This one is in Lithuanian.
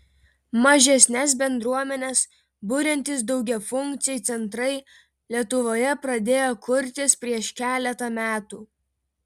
mažesnes bendruomenes buriantys daugiafunkciai centrai lietuvoje pradėjo kurtis prieš keletą metų